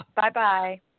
Bye-bye